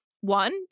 One